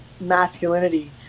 masculinity